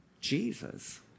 Jesus